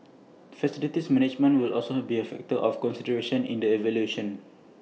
facilities management will also be A factor of consideration in the evaluation